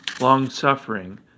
long-suffering